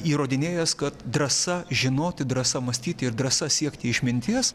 įrodinėjęs kad drąsa žinoti drąsa mąstyti ir drąsa siekti išminties